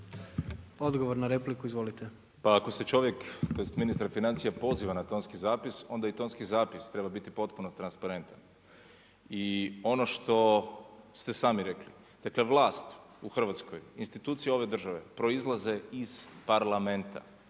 **Bernardić, Davor (SDP)** Pa ako čovjek bez ministra financija poziva na tonski zapis, onda i tonski zapis treba biti potpuno transparentan. I ono što ste sami rekli, da je ta vlast u Hrvatskoj institucije ove države proizlaze iz Parlamenta.